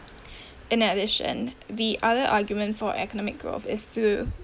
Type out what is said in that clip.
in addition the other arguments for economic growth is to